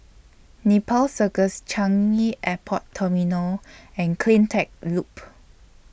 Nepal Circus Changi Airport Terminal and CleanTech Loop